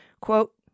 Quote